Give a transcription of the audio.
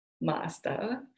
Master